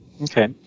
Okay